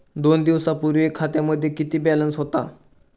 दोन दिवसांपूर्वी खात्यामध्ये किती बॅलन्स होता?